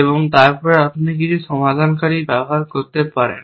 এবং তারপর আপনি কিছু সমাধানকারী ব্যবহার করতে পারেন